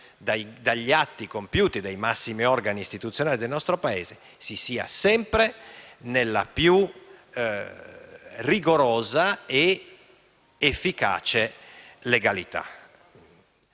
dagli atti compiuti dai massimi organi istituzionali del nostro Paese, si percorra sempre il solco della più rigorosa ed efficace legalità.